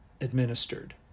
administered